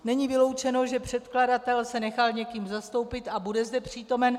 Není vyloučeno, že předkladatel se nechal někým zastoupit a bude zde přítomen.